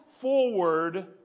forward